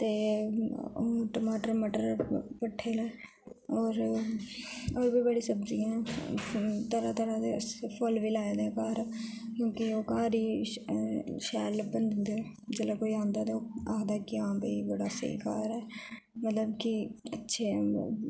ते होंर टमाटर मटर पठे होंर होंर बी बड़ी सब्जियां तरैह् तरैह् दे फुल बी लाए दे घर क्युंकी ओह् घर शैल लब्बन दिंदे जोल्लै कोई आंदा ते ओह् आक्खदा की आ पाई बड़ा स्हेई घर ऐ मतलब की अच्छे ऐ